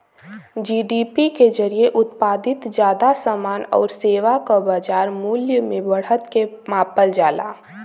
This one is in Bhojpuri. जी.डी.पी के जरिये उत्पादित जादा समान आउर सेवा क बाजार मूल्य में बढ़त के मापल जाला